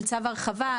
של צו הרחבה,